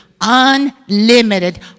unlimited